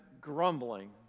grumbling